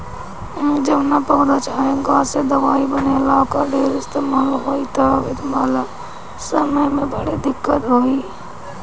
जवना पौधा चाहे गाछ से दवाई बनेला, ओकर ढेर इस्तेमाल होई त आवे वाला समय में बड़ा दिक्कत होई